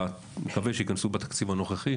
אני מקווה שייכנסו בתקציב הנוכחי,